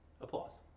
Applause